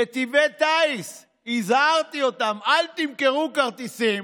נתיבי טיס, הזהרתי אותם: אל תמכרו כרטיסים